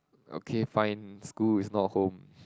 okay fine school is not home